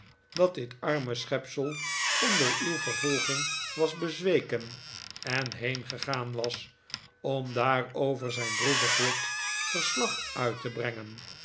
dat dit arme schepsel onder uw vervolging was bezweken en heengegaan was om daar over zijn droevig lot verslag uit te brengen